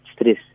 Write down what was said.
stress